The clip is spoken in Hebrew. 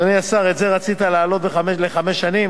אדוני השר, את זה רצית להעלות לחמש שנים?